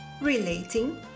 Relating